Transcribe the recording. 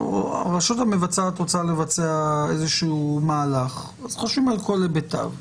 הרשות המבצעת רוצה לבצע איזה שהוא מהלך אז חושבים על כל היבטיו.